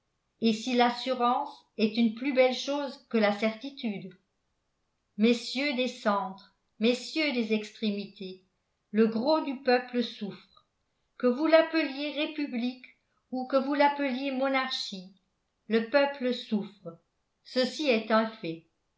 et si l'assurance est une plus belle chose que la certitude messieurs des centres messieurs des extrémités le gros du peuple souffre que vous l'appeliez république ou que vous l'appeliez monarchie le peuple souffre ceci est un fait